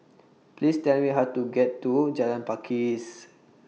Please Tell Me How to get to Jalan Pakis